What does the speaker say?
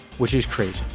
which is crazy.